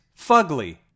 fugly